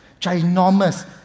ginormous